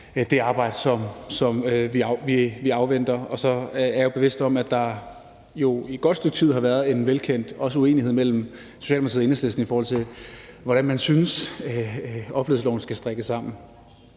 det arbejde, som vi afventer. Og så er jeg bevidst om, at der jo i et godt stykke tid har været en velkendt uenighed mellem Socialdemokratiet og Enhedslisten om, hvordan man synes offentlighedsloven skal strikkes sammen.